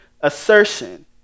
assertion